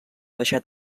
deixat